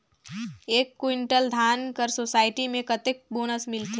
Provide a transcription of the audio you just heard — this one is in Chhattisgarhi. एक कुंटल धान कर सोसायटी मे कतेक बोनस मिलथे?